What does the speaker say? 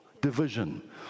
division